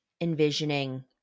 envisioning